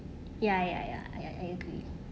ya ya ya ya I agree